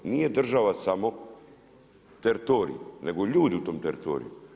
Nije država samo teritorij nego ljudi u tom teritoriju.